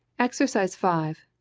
exercise five.